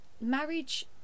marriage